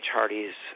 Hardy's